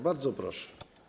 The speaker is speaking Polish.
Bardzo proszę.